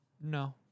no